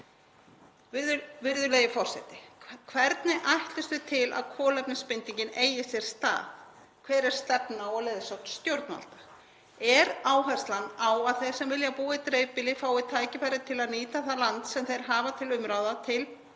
Virðulegi forseti. Hvernig ætlumst við til að kolefnisbindingin eigi sér stað? Hver er stefna og leiðsögn stjórnvalda? Er áherslan á að þeir sem vilja búa í dreifbýli fái tækifæri til að nýta það land sem þeir hafa til umráða til